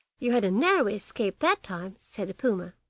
you had a narrow escape that time said the puma.